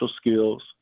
skills